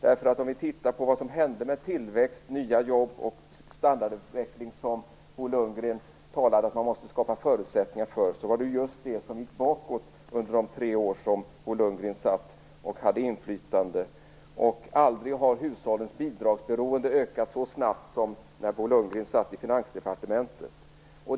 Om vi tittar på vad som hände med tillväxt, nya jobb och standardutveckling - saker som Bo Lundgren menar att vi måste skapa förutsättningar för - ser vi att det gick bakåt på dessa områden det år som Bo Lundgren satt i regering och hade inflytande. Aldrig har hushållens bidragsberoende ökat så snabbt som när Bo Lundgren satt i Finansdepartementet.